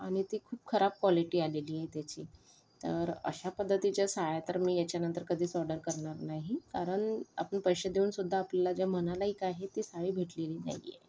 आणि ती खूप खराब क्वॉलिटी आलेली आहे त्याची तर अशा पद्धतीच्या साड्या तर मी याच्यानंतर कधीच ऑर्डर करणार नाही कारण आपण पैसे देऊन सुद्धा आपल्याला ज्या म्हणायलाही काही ती साडी भेटलेली नाही आहे